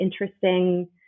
interesting